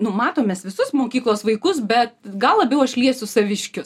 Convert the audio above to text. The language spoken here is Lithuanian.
nu matom mes visus mokyklos vaikus bet gal labiau aš liesiu saviškius